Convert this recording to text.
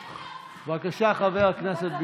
בבקשה, חבר הכנסת ביטן.